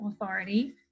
authority